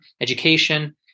education